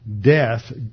death